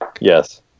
Yes